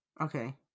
Okay